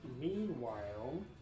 Meanwhile